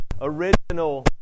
original